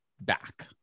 back